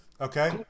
Okay